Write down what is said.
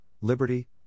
liberty